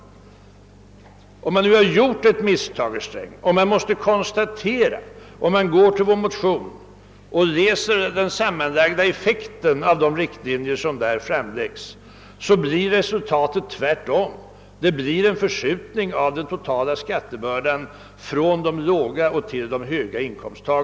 Om herr Sträng går till vår motion och ser till den sammanlagda effekten av de åtgärder som däri föreslås, finner han att resultatet tvärtom blir en förskjutning av den totala skattebördan från de låga till de höga inkomsttagarna.